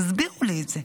תסבירו לי את זה.